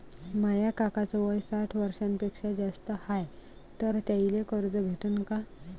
माया काकाच वय साठ वर्षांपेक्षा जास्त हाय तर त्याइले कर्ज भेटन का?